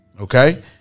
Okay